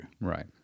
Right